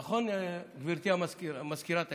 נכון, גברתי מזכירת הכנסת?